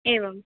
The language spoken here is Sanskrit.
एवम्